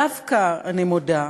דווקא, אני מודה,